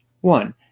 one